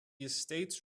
estates